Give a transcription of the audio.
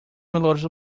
melhores